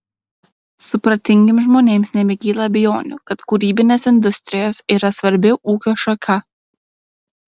supratingiems žmonėms nebekyla abejonių kad kūrybinės industrijos yra svarbi ūkio šaka